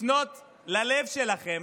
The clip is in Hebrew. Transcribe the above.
לפנות ללב שלכם,